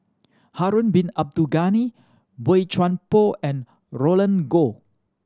Harun Bin Abdul Ghani Boey Chuan Poh and Roland Goh